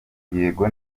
yego